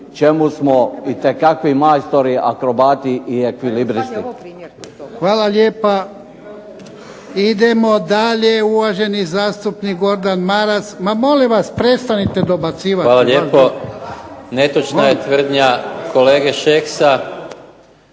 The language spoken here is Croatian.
čemu smo itekako majstori, akrobati i ekvilibristi. **Jarnjak, Ivan (HDZ)** Hvala lijepa. Idemo dalje, uvaženi zastupnik Gordan Maras. Ma molim vas prestanite dobacivati. **Maras, Gordan (SDP)** Hvala lijepo. Netočna je tvrdnja kolege Šeksa